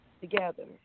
Together